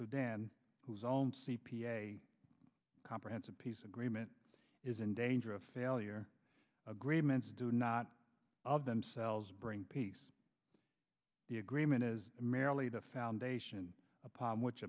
sudan whose own c p a comprehensive peace agreement is in danger of failure agreements do not of themselves bring peace the agreement is marilee the foundation upon which